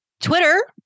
Twitter